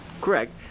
correct